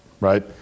right